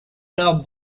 alors